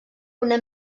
una